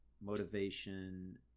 motivation